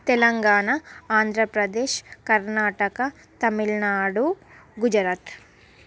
Telangana Andhra Pradesh Karnataka Tamil Nadu Gujarat